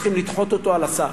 זה דבר שצריך לדחות אותו על הסף.